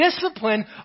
discipline